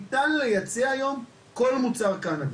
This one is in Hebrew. ניתן לייצא היום כל מוצר קנאביס.